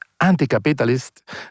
anti-capitalist